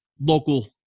local